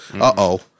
Uh-oh